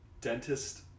dentist